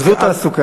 גם זו תעסוקה,